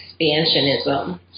expansionism